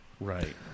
Right